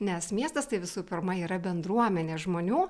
nes miestas tai visų pirma yra bendruomenė žmonių